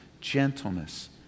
gentleness